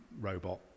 Robot